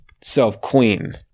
self-clean